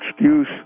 excuse